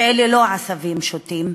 שאלה לא עשבים שוטים,